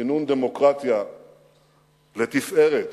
בכינון דמוקרטיה לתפארת